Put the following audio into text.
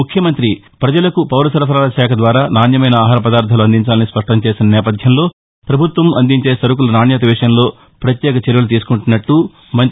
ముఖ్యమంతి పజలకు పౌరసరఫరాల శాఖ ద్వారా నాణ్యమైన ఆహార పదార్గాలు అందించాలని స్పష్టం చేసిన నేవథ్యంలో ప్రభుత్వం అందించే సరకుల నాణ్యత విషయంలో ప్రత్యేక చర్యలు తీసుకుంటున్నట్టు మంతి ఈ సందర్భంగా తెలిపారు